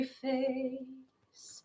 face